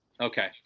Okay